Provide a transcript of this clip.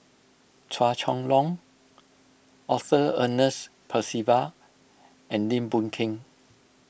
Chua Chong Long Arthur Ernest Percival and Lim Boon Keng